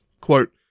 Quote